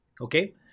Okay